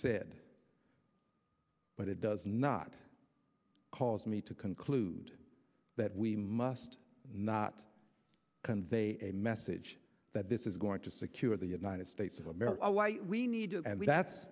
said but it does not cause me to conclude that we must not convey a message that this is going to secure the united states of america why we need to and that's